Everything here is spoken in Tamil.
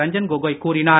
ரஞ்சன் கோகோய் கூறினார்